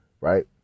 right